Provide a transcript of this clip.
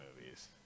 movies